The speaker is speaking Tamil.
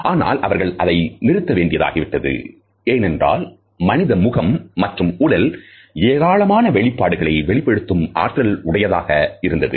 ஆனால் அவர்கள் அதை நிறுத்த வேண்டியதாகிவிட்டது ஏனென்றால் மனித முகம் மற்றும் உடல் ஏராளமான வெளிப்பாடுகளை வெளிப்படுத்தும் ஆற்றல் உடையதாக இருந்தது